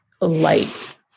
light